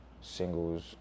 singles